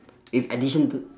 if addition to